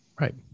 right